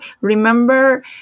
remember